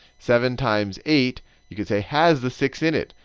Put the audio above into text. seven times eight you could say has the six in it.